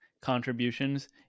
contributions